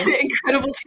Incredible